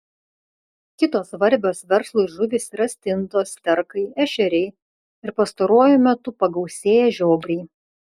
kitos svarbios verslui žuvys yra stintos sterkai ešeriai ir pastaruoju metu pagausėję žiobriai